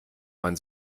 man